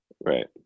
Right